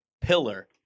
pillar